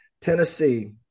Tennessee